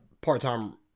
part-time